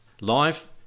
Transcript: life